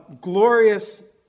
glorious